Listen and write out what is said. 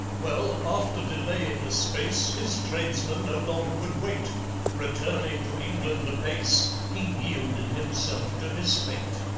well, after delaying a space, his tradesmen no longer would wait returning to england apace, he yielded himself to his fate.